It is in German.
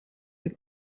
dem